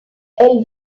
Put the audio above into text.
elles